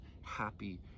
happy